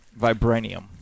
Vibranium